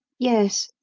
yes,